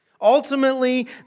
Ultimately